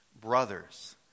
brothers